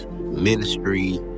ministry